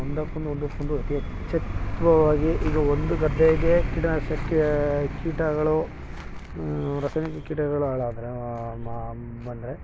ಒಂದಕ್ಕೊಂದು ಒಂದಕ್ಕೊಂದು ವಾಗಿ ಈಗ ಒಂದು ಗಂಟೆಗೆ ಕೀಟನಾಶಕ್ಕೆ ಕೀಟಗಳು ರಾಸಾಯನಿಕ ಕೀಟಗಳು ಹಾಳಾದರೆ ಮ ಅಂದರೆ